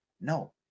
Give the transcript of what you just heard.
no